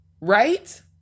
Right